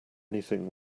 anything